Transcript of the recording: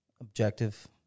objective